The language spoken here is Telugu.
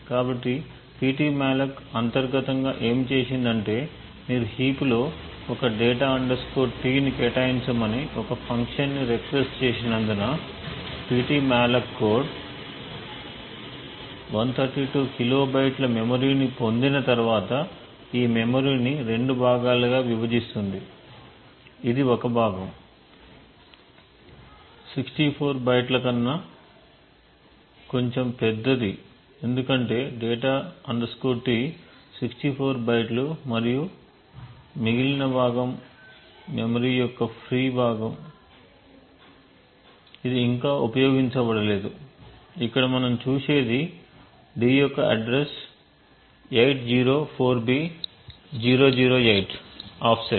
కాబట్టి ptmalloc అంతర్గతంగా ఏమి చేసింది అంటే మీరు హీప్ లో ఒక data T ని కేటాయించమని ఒక ఫంక్షన్ ను రిక్వెస్ట్ చేసినందున ptmalloc కోడ్ 132 కిలోబైట్ల మెమరీని పొందిన తర్వాత ఈ మెమరీని రెండు భాగాలుగా విభజిస్తుంది ఇది ఒక భాగం 64 బైట్ల కన్నా కొంచెం పెద్దది ఎందుకంటే data T 64 బైట్లు మరియు మిగిలిన భాగం మెమరీ యొక్క ఫ్రీ భాగం ఇది ఇంకా ఉపయోగించబడలేదు ఇక్కడ మనం చూసేది d యొక్క అడ్రస్ 804b008 ఆఫ్సెట్